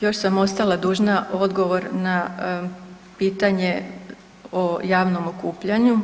Još sam ostala dužna odgovor na pitanje o javnom okupljanju.